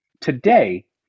today